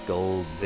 Gold